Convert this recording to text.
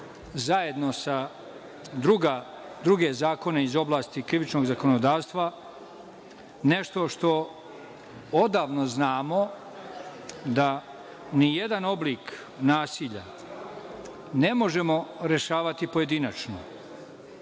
zajedno sa drugim zakonima iz oblasti krivičnog zakonodavstva, nešto što odavno znamo, da nijedan oblik nasilja ne možemo rešavati pojedinačno,